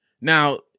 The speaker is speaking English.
Now